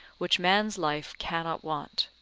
which man's life cannot want.